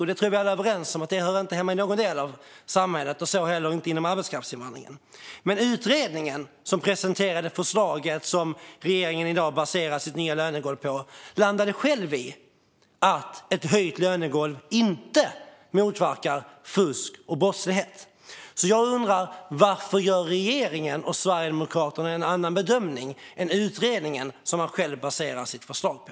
Jag tror att vi alla är överens om att det inte hör hemma i någon del av samhället, så inte heller inom arbetskraftsinvandringen. Men den utredning som presenterade det förslag som regeringen i dag baserar sitt nya lönegolv på landade själv i att ett höjt lönegolv inte motverkar fusk och brottslighet. Jag undrar varför regeringen och Sverigedemokraterna gör en annan bedömning än den utredning man baserar sitt eget förslag på.